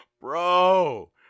bro